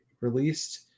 released